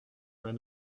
pas